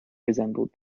resembled